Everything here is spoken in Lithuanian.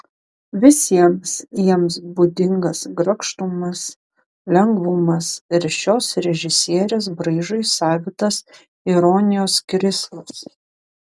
visiems jiems būdingas grakštumas lengvumas ir šios režisierės braižui savitas ironijos krislas